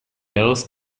else